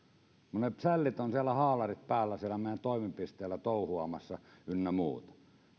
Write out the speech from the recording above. ne sällit ovat haalarit päällä siellä meidän toimipisteellä touhuamassa ynnä muuta